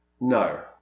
no